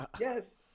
Yes